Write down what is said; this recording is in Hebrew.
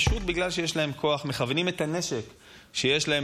פשוט בגלל שיש להם כוח הם מכוונים את הנשק שיש להם,